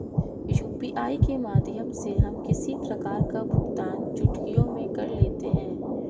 UPI के माध्यम से हम किसी प्रकार का भुगतान चुटकियों में कर लेते हैं